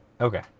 Okay